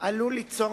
עלול ליצור